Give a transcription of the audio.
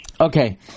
Okay